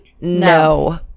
no